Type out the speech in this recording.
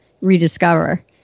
Rediscover